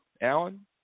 Alan